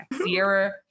sierra